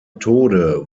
tode